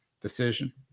decision